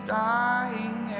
dying